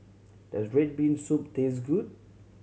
does red bean soup taste good